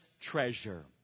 treasure